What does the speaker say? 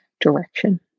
direction